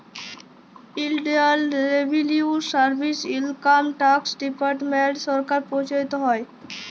ইলডিয়াল revenue service, income tax department সরকার পরিচালিত হ্যয়